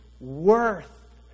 worth